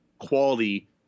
quality